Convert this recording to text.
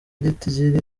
igitigiri